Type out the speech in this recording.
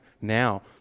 now